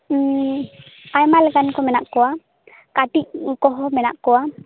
ᱟᱭᱢᱟ ᱞᱮᱠᱟᱱ ᱠᱚ ᱢᱮᱱᱟ ᱠᱚᱣᱟ ᱠᱟᱹᱴᱤᱡ ᱠᱚᱦᱚ ᱢᱮᱱᱟ ᱠᱚᱣᱟ